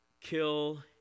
kill